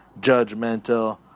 judgmental